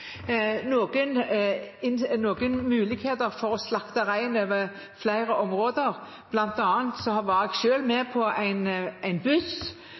å slakte rein på flere områder. Jeg har selv bl.a. vært med på en buss